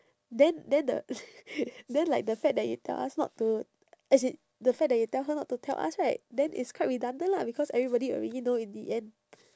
then then the then like the fact that you tell us not to as in the fact that you tell her not to tell us right then it's quite redundant lah because everybody already know in the end